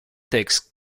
text